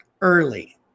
early